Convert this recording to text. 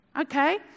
Okay